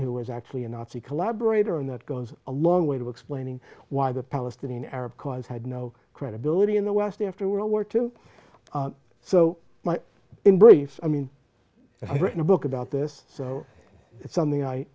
who was actually a nazi collaborator and that goes a long way to explaining why the palestinian arab cause had no credibility in the west after world war two so my embrace i mean i've written a book about this so it's something i